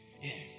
Yes